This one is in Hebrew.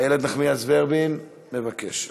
איילת נחמיאס ורבין מבקשת.